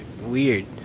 Weird